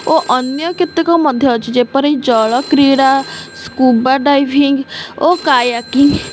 ଓ ଅନ୍ୟ କେତେକ ମଧ୍ୟ ଅଛି ଯେପରି ଜଳ କ୍ରୀଡ଼ା ସ୍କୁବା ଡାଇଭିଙ୍ଗ ଓ କାୟାକିଂ